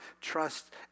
trust